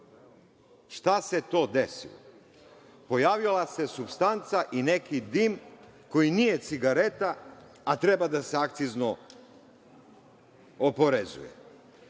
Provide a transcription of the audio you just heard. Šta se to desilo? Pojavila se supstanca i neki dim koji nije cigareta, a treba da se akcizno oporezuje.